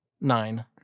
Nine